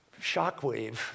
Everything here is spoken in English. shockwave